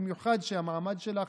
במיוחד שהמעמד שלך,